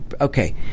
Okay